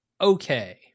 okay